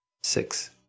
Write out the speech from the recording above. six